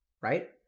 right